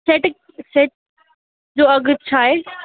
set सेट जो अघि छा आहे